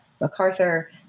MacArthur